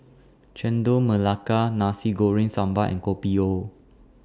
Chendol Melaka Nasi Goreng Sambal and Kopi O